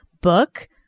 book